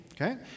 Okay